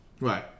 Right